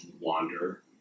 wander